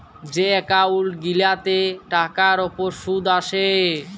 যে এক্কাউল্ট গিলাতে টাকার উপর সুদ আসে